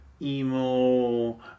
emo